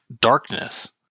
darkness